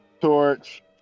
torch